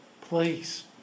Please